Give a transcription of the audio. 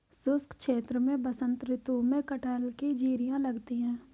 शुष्क क्षेत्र में बसंत ऋतु में कटहल की जिरीयां लगती है